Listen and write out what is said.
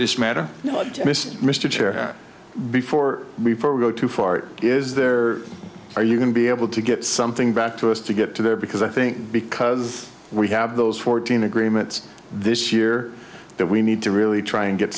this matter mr chair before we go too far is there are you going to be able to get something back to us to get to there because i think because we have those fourteen agreements this year that we need to really try and get